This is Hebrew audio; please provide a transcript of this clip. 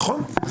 נכון.